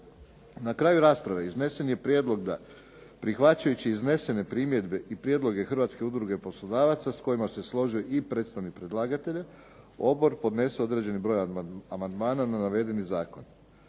Na kraju rasprave iznesen je prijedlog da prihvaćajući iznesene primjedbe i prijedloge Hrvatske udruge poslodavaca s kojima se složio i predstavnik predlagatelja odbor je podnesao određeni broj amandmana na navedeni zakon.